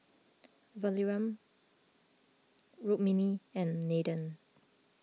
Vikram Rukmini and Nathan